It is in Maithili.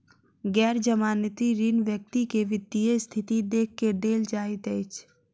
गैर जमानती ऋण व्यक्ति के वित्तीय स्थिति देख के देल जाइत अछि